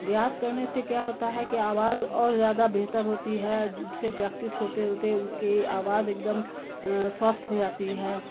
ریاض کرنے سے کیا ہوتا ہے کہ آواز اور زیادہ بہتر ہوتی ہے جس سے پریکٹس ہوتے ہوتے اس کی آواز ایک دم سافٹ ہو جاتی ہے